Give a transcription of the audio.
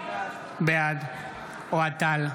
בעד אוהד טל,